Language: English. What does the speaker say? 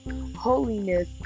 holiness